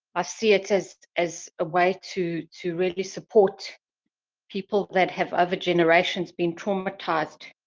i see it as, as a way to, to really support people that have, over generations been traumatized,